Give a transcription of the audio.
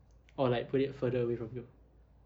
or like put it further away from you